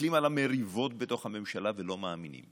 מסתכלים על המריבות בתוך הממשלה ולא מאמינים,